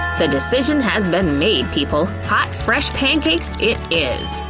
the decision has been made, people, hot, fresh pancakes it is!